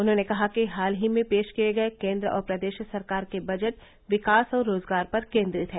उन्होंने कहा कि हाल ही में पेश किए गए केंद्र और प्रदेश सरकार के बजट विकास और रोजगार पर केंद्रित हैं